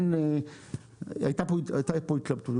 כן הייתה פה התלבטות.